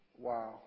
Wow